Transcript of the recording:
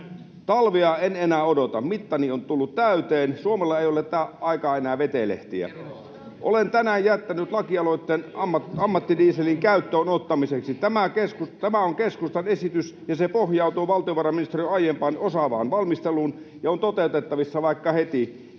Talvea en enää odota, mittani on tullut täyteen. Suomella ei ole aikaa enää vetelehtiä. Olen tänään jättänyt lakialoitteen ammattidieselin käyttöön ottamiseksi. Tämä on keskustan esitys, ja se pohjautuu valtiovarainministeriön aiempaan, osaavaan valmisteluun ja on toteutettavissa vaikka heti.